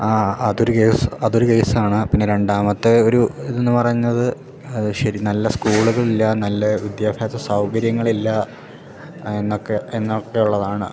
ആ അതൊരു കേസ് അതൊരു കേസാണ് പിന്നെ രണ്ടാമത്തെ ഒരു ഇതെന്ന് പറഞ്ഞത് ശരി നല്ല സ്കൂളുകളില്ല നല്ല വിദ്യാഭ്യാസ സൗകര്യങ്ങളില്ല എന്നൊക്കെ എന്നൊക്കെ ഉള്ളതാണ്